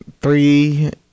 Three